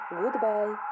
goodbye